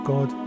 God